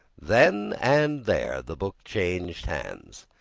then and there, the book changed hands.